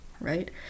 right